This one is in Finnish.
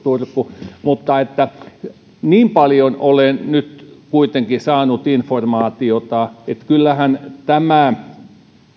turku mutta niin paljon olen nyt kuitenkin saanut informaatiota että kyllähän tämä